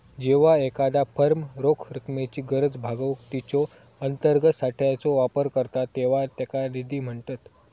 जेव्हा एखादा फर्म रोख रकमेची गरज भागवूक तिच्यो अंतर्गत साठ्याचो वापर करता तेव्हा त्याका निधी म्हणतत